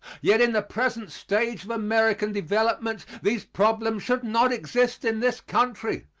yet in the present stage of american development these problems should not exist in this country.